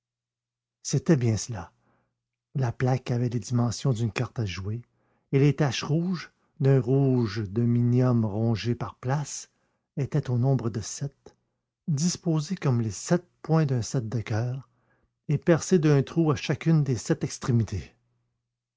c'était bien cela la plaque avait les dimensions d'une carte à jouer et les taches rouges d'un rouge de minium rongé par places étaient au nombre de sept disposées comme les sept points d'un sept de coeur et percées d'un trou à chacune des sept extrémités